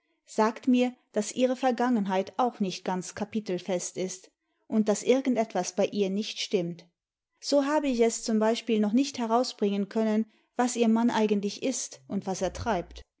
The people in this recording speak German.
sagt mir daß ihre vergangenheit auch nicht ganz kapitelfest ist und daß irgendetwas bei ihr nicht stimmt so habe ich es zum beispiel noch nicht herausbringen können was ihr mann eigentlich ist und was er treibt